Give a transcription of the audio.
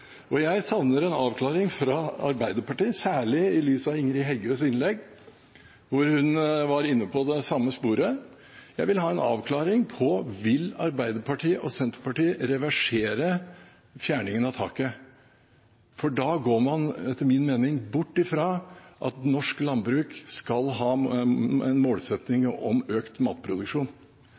Og jeg savner en avklaring fra Arbeiderpartiet, særlig i lys av Ingrid Heggøs innlegg, hvor hun var inne på det samme sporet. Jeg vil ha en avklaring på: Vil Arbeiderpartiet og Senterpartiet reversere fjerningen av taket? For da går man etter min mening bort fra at norsk landbruk skal ha en målsetting om økt matproduksjon,